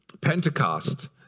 Pentecost